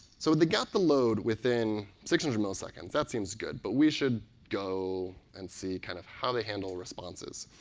so they got the load within six hundred milliseconds. that seems good, but we should go and see kind of how they handle responses.